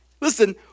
listen